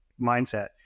mindset